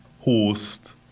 host